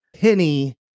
Penny